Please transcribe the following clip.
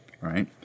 right